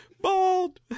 bald